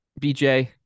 BJ